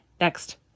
next